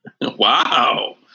Wow